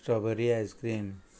strawberry icecream